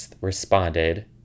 responded